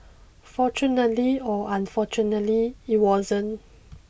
fortunately or unfortunately it wasn't